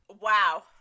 wow